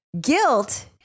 Guilt